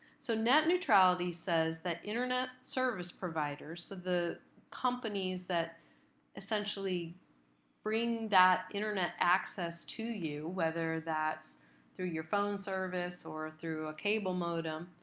so net neutrality says that internet service providers, the companies that essentially bring that internet access to you, whether that's through your phone service or through a cable modem,